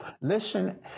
Listen